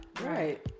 Right